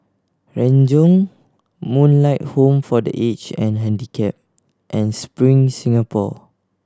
Renjong Moonlight Home for The Aged and Handicapped and Spring Singapore